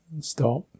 Stop